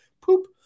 poop